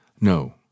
No